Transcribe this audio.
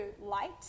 light